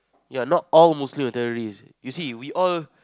ya not all Muslim are terrorists you see we all